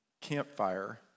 campfire